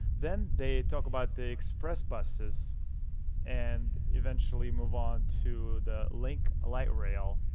then they talk about the express buses and eventually move on to the link ah light rail.